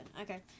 Okay